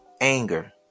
anger